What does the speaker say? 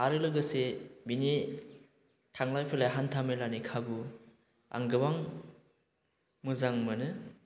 आरो लोगोसे बेनि थांलाय फैलाय हान्था मेलानि खाबु आं गोबां मोजां मोनो